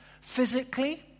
Physically